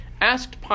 asked